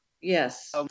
Yes